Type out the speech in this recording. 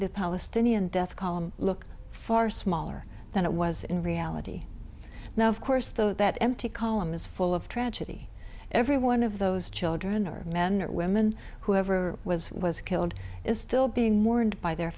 the palestinian death column look far smaller than it was in reality now of course though that empty column is full of tragedy every one of those children are men or women whoever was was killed is still being mourned by their